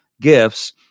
gifts